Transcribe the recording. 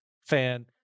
fan